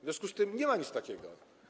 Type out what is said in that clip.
W związku z tym nie ma nic takiego.